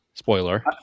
spoiler